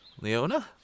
Leona